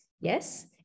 yes